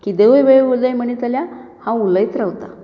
केदोय वेळ उल म्हणीत जाल्यार हांव उलयत रावतां